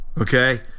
Okay